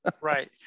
Right